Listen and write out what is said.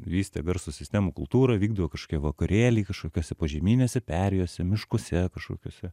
vystė verslo sistemų kultūrą vykdavo kažkokie vakarėliai kažkokiose požeminėse perėjose miškuose kažkokiuose